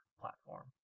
platform